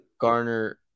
Garner –